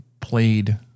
played